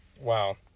Wow